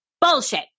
bullshit